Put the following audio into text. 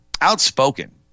outspoken